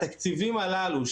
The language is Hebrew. התקציבים הללו,